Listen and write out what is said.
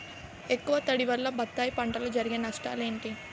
ఎక్కువ తడి వల్ల బత్తాయి పంటలో జరిగే నష్టాలేంటి?